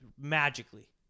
magically